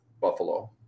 Buffalo